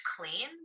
clean